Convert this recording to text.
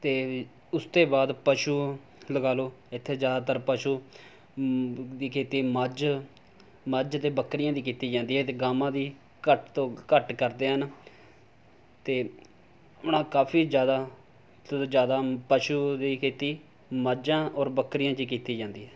ਅਤੇ ਉਸ ਤੋਂ ਬਾਅਦ ਪਸ਼ੂ ਲਗਾ ਲਉ ਇੱਥੇ ਜ਼ਿਆਦਾਤਰ ਪਸ਼ੂ ਦੀ ਖੇਤੀ ਮੱਝ ਮੱਝ ਅਤੇ ਬੱਕਰੀਆਂ ਦੀ ਕੀਤੀ ਜਾਂਦੀ ਹੈ ਅਤੇ ਗਾਂਵਾਂ ਦੀ ਘੱਟ ਤੋਂ ਘੱਟ ਕਰਦੇ ਹਨ ਅਤੇ ਹੁਣ ਕਾਫੀ ਜ਼ਿਆਦਾ ਜ਼ਿਆਦਾ ਪਸ਼ੂ ਦੀ ਖੇਤੀ ਮੱਝਾਂ ਔਰ ਬੱਕਰੀਆਂ ਦੀ ਕੀਤੀ ਜਾਂਦੀ ਹੈ